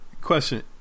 question